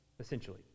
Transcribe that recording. Essentially